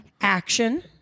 Action